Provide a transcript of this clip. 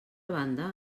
banda